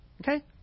Okay